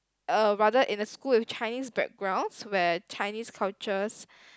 uh rather in a school with Chinese backgrounds where Chinese cultures